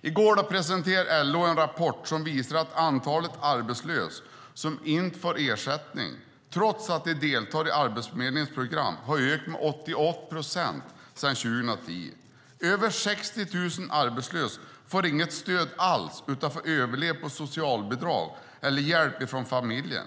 I går presenterade LO en rapport som visade att antalet arbetslösa som inte får ersättning trots att de deltar i Arbetsförmedlingens program har ökat med 88 procent sedan 2010. Över 16 000 arbetslösa får inget stöd alls utan får överleva på socialbidrag eller hjälp från familjen.